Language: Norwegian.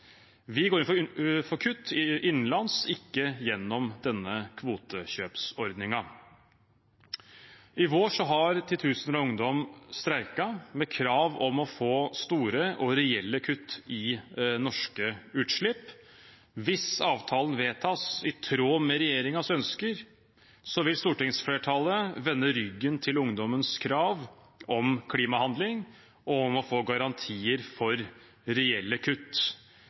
Vi går inn for kutt innenlands, ikke gjennom denne kvotekjøpsordningen. I vår har titusener av ungdommer streiket med krav om å få store og reelle kutt i norske utslipp. Hvis avtalen vedtas i tråd med regjeringens ønsker, vil stortingsflertallet vende ryggen til ungdommenes krav om klimahandling og om å få garantier for reelle kutt.